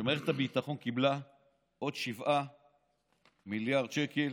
שמערכת הביטחון קיבלה עוד 7 מיליארד שקל